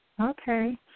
Okay